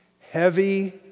heavy